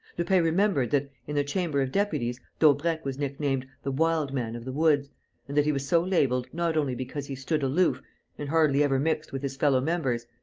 lupin remembered that, in the chamber of deputies, daubrecq was nicknamed the wild man of the woods and that he was so labelled not only because he stood aloof and hardly ever mixed with his fellow-members,